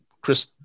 Chris